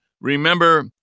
remember